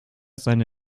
seine